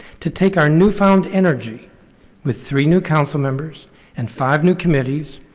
to take our new found energy with three new councilmembers and five new committees,